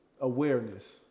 awareness